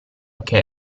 che